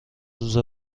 روز